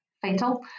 fatal